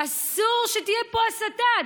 אסור שתהיה פה הסתה.